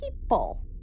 people